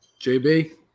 JB